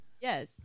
Yes